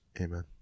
Amen